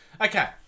okay